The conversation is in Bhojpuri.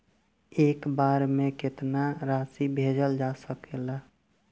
एक बार में केतना राशि भेजल जा सकेला?